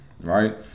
Right